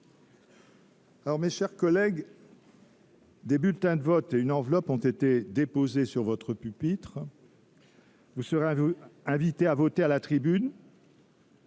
vote. Mes chers collègues, des bulletins de vote et une enveloppe ont été disposés sur votre pupitre. Vous serez invités à voter à la tribune